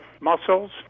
muscles